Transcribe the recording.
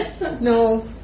No